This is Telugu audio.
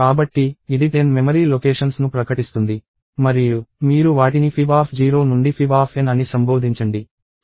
కాబట్టి ఇది 10 మెమరీ లొకేషన్స్ ను ప్రకటిస్తుంది మరియు మీరు వాటిని fib0 నుండి fibN అని సంబోధించండి